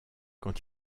quand